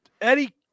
Eddie